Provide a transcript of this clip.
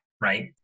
right